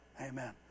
Amen